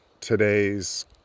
today's